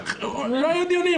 לא היו דיונים.